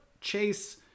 chase